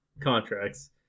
contracts